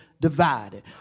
divided